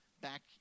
back